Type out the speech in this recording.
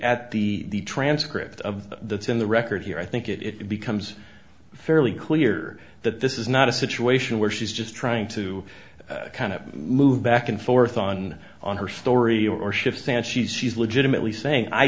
at the transcript of the in the record here i think it becomes fairly clear that this is not a situation where she's just trying to kind of move back and forth on on her story or shift and she's she's legitimately saying i